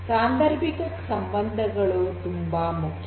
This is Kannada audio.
ಸಾಂಧರ್ಬಿಕ ಸಂಬಂಧಗಳು ತುಂಬಾ ಮುಖ್ಯ